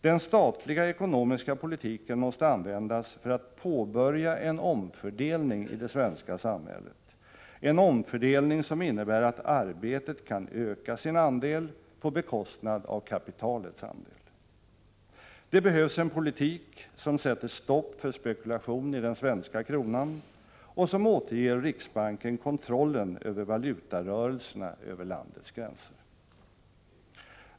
Den statliga ekonomiska politiken måste användas för att påbörja en omfördelning i det svenska samhället, en omfördelning som innebär att arbetet kan öka sin andel på bekostnad av kapitalets andel. Det behövs en politik som sätter stopp för spekulation i den svenska kronan och som återger riksbanken kontrollen över valutarörelserna över landets gränser.